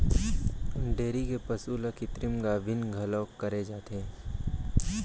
dairy के पसु ल कृत्रिम गाभिन घलौ करे जाथे